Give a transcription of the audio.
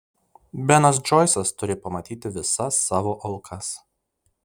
benas džoisas turi pamatyti visas savo aukas